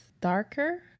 darker